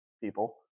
people